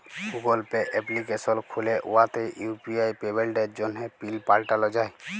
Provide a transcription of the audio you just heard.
Google Pay application খ্যুলে উয়াতে UPI পেমেল্টের জ্যনহে পিল পাল্টাল যায়